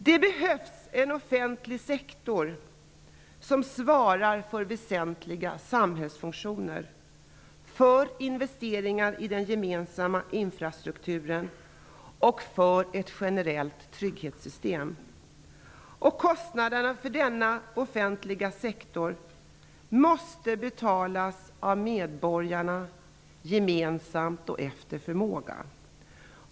Det behövs en offentlig sektor som svarar för väsentliga samhällsfunktioner, för investeringar i den gemensamma infrastrukturen och för ett generellt trygghetssystem. Kostnaderna för denna offentliga sektor måste betalas av medborgarna gemensamt och efter förmåga.